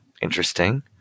Interesting